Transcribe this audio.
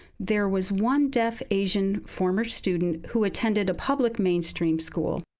there was one deaf asian former student who attended a public mainstream school.